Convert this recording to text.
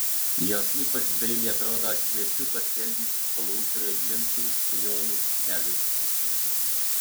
jos ypač dailiai atrodo šviesių pastelinių spalvų prie džinsų sijonų suknelių